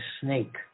snake